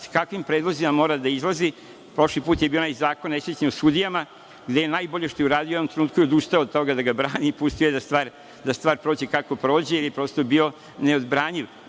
sa kakvim predlozima mora da izlazi. Prošli put je bio onaj zakon o nesrećnim sudijama, gde je najbolje što je uradio u jednom trenutku bilo da je odustao od toga da ga brani i pustio da stvar prođe kako prođe, jer je prosto bio neodbranjiv,